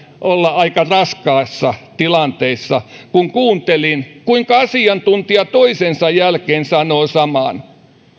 olla aika raskaissa tilanteissa kun kuuntelin kuinka asiantuntija toisensa jälkeen sanoo saman